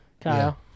Kyle